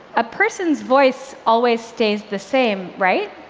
a person's voice always stays the same, right?